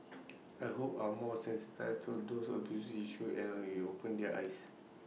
I hope are more sensitised to these abuse issues and that it's opened their eyes